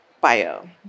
bio